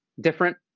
different